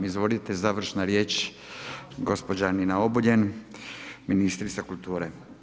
Izvolite, završna riječ gospođa Nina Obuljen, ministrica kulture.